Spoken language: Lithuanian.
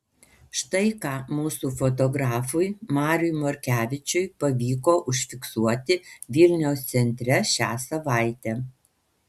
štai ką mūsų fotografui mariui morkevičiui pavyko užfiksuoti vilniaus centre šią savaitę